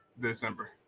December